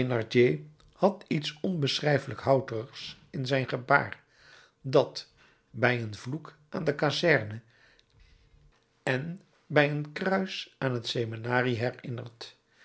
had iets onbeschrijfelijk houterigs in zijn gebaar dat bij een vloek aan de kazerne en bij een kruis aan het seminarie herinnert